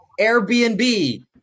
Airbnb